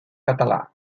català